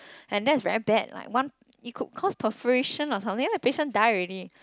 and that's very bad like one it could cause perforation or something then the patient die already